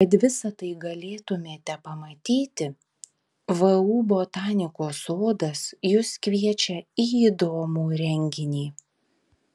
kad visa tai galėtumėte pamatyti vu botanikos sodas jus kviečia į įdomų renginį